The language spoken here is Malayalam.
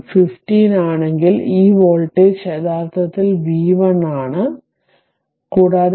v 1 15 ആണെങ്കിൽ ഈ വോൾട്ടേജ് യഥാർത്ഥത്തിൽ v 1 എന്നാണ്